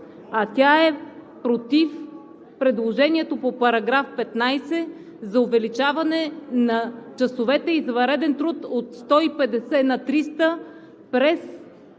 а тя е против предложението по § 15 за увеличаване на часовете извънреден труд от 150 на 300 часа